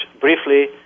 briefly